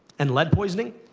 and lead poisoning,